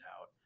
out